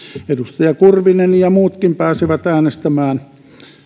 edustaja kurvinen ja muutkin pääsevät äänestämään